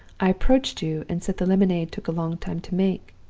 i approached you, and said the lemonade took a long time to make.